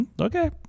Okay